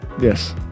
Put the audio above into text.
yes